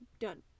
done